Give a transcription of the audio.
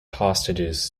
hostages